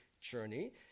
journey